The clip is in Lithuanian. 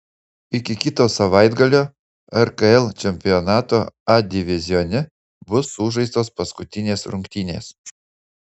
iki kito savaitgalio rkl čempionato a divizione bus sužaistos paskutinės rungtynės